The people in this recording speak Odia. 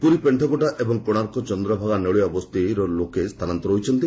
ପୁରୀ ପେଣ୍ଟକଟା ଏବଂ କୋଶାର୍କ ଚନ୍ଦ୍ରଭାଗା ନୋଳିଆବସ୍ତି ଲୋକେ ସ୍ଥାନାନ୍ତର ହୋଇଛନ୍ତି